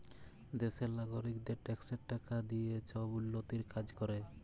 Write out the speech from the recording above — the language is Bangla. দ্যাশের লগারিকদের ট্যাক্সের টাকা দিঁয়ে ছব উল্ল্যতির কাজ ক্যরে